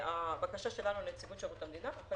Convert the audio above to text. והבקשה שלנו לנציבות שירות המדינה זה